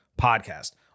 podcast